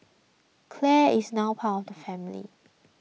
Clare is now part of family